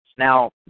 Now